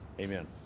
amen